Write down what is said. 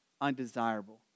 undesirable